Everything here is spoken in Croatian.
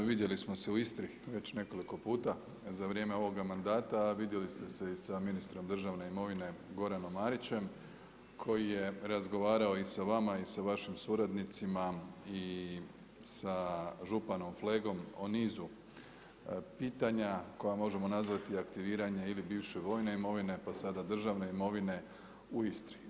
Vidjeli smo se u Istri već nekoliko puta za vrijeme ovoga mandata, a vidjeli ste se i sa ministrom državne imovine Goranom Marićem koji je razgovarao i sa vama i sa vašim suradnicima i sa županom Flegom o nizu pitanja koja možemo nazvati aktiviranje ili bivše vojne imovine, pa sada državne imovine u Istri.